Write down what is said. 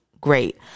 great